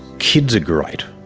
kids are great,